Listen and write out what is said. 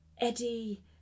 Eddie